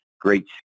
great